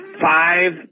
five